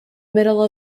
middle